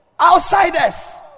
Outsiders